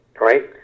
right